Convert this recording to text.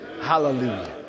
Hallelujah